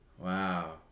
wow